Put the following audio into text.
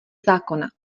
zákona